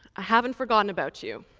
i haven't forgotten about you! you!